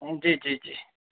जी जी जी